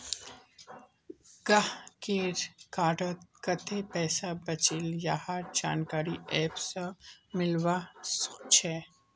गाहकेर कार्डत कत्ते पैसा बचिल यहार जानकारी ऐप स मिलवा सखछे